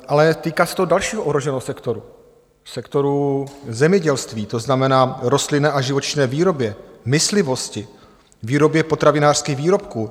Ale týká se to další ohroženého sektoru, sektoru zemědělství, to znamená rostlinné a živočišné výroby, myslivosti, výroby potravinářských výrobků.